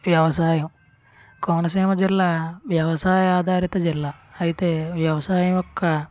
వ్యవసాయం కోనసీమ జిల్లా వ్యవసాయ ఆధారిత జిల్లా అయితే వ్యవసాయం యొక్క